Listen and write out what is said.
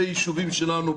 בישובים שלנו,